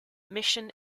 mission